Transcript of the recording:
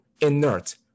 inert